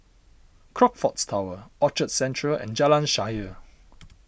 Crockfords Tower Orchard Central and Jalan Shaer